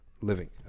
Living